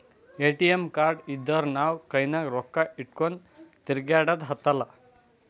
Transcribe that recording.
ATM card ಇದ್ದೂರ್ ನಾವು ಕೈನಾಗ್ ರೊಕ್ಕಾ ಇಟ್ಗೊಂಡ್ ತಿರ್ಗ್ಯಾಡದ್ ಹತ್ತಲಾ